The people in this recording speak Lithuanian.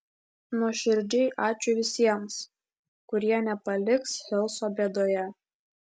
nuoširdžiai ačiū visiems kurie nepaliks hilso bėdoje